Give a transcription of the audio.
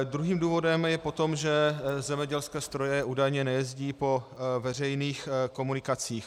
Druhým důvodem je potom, že zemědělské stroje údajně nejezdí po veřejných komunikacích.